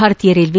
ಭಾರತೀಯ ರೈಲ್ಲೆ